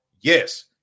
yes